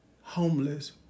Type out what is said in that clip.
homeless